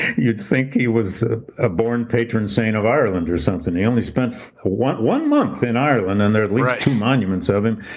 you'd think he was a born patron saint of ireland or something. he only spent one one month in ireland and there are at least two monuments of him,